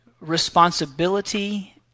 responsibility